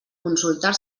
consultar